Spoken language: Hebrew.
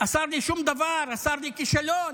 השר לשום דבר, השר לכישלון.